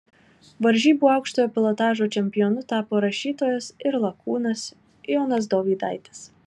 varžybų aukštojo pilotažo čempionu tapo rašytojas ir lakūnas jonas dovydaitis